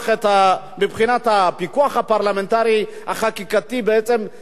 מבחינת הפיקוח הפרלמנטרי החקיקתי בעצם,